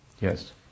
Yes